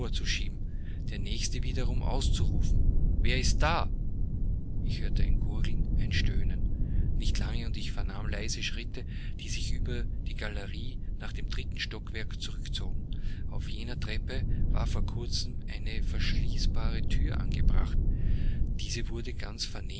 der nächste wiederum auszurufen wer ist da ich hörte ein gurgeln ein stöhnen nicht lange und ich vernahm leise schritte die sich über die galerie nach dem dritten stockwerk zurückzogen auf jener treppe war vor kurzem eine verschließbare thür angebracht diese wurde ganz